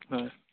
হয়